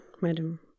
madam